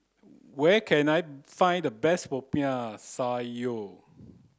where can I find the best popiah sayur